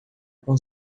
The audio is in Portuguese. com